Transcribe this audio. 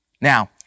Now